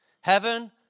heaven